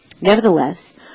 Nevertheless